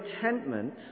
contentment